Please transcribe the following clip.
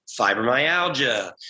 fibromyalgia